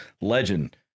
legend